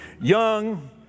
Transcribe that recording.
young